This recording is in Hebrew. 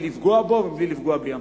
בלי לפגוע בו ובלי לפגוע בים-סוף.